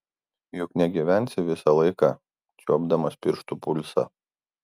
juk negyvensi visą laiką čiuopdamas pirštu pulsą